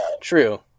True